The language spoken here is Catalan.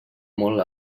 molt